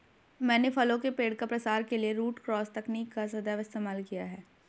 मैंने फलों के पेड़ का प्रसार के लिए रूट क्रॉस तकनीक का सदैव इस्तेमाल किया है